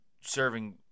serving